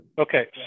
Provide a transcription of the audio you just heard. Okay